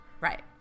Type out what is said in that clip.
Right